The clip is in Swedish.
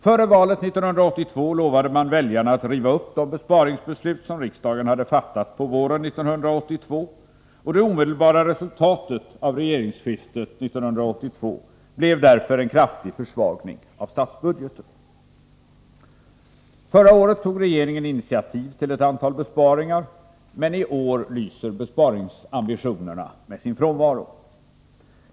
Före valet 1982 lovade man väljarna att riva upp de besparingsbeslut som riksdagen hade fattat på våren 1982, och det omedelbara resultatet av regeringsskiftet 1982 blev därför en kraftig försvagning av statsbudgeten. Förra året tog regeringen initiativ till ett antal besparingar, men i år lyser besparingsambitionerna med sin frånvaro.